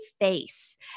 face